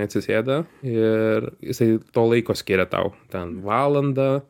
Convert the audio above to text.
atsisėda ir jisai to laiko skiria tau ten valandą